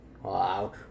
Wow